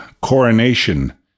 Coronation